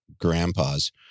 grandpas